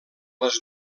les